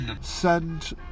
send